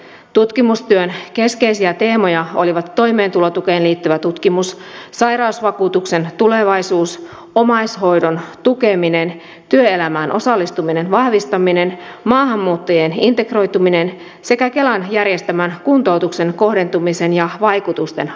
tutkimustyön keskeisiä teemoja olivat toimeentulotukeen liittyvä tutkimus sairausvakuutuksen tulevaisuus omaishoidon tukeminen työelämään osallistumisen vahvistaminen maahanmuuttajien integroituminen sekä kelan järjestämän kuntoutuksen kohdentumisen ja vaikutusten arvioiminen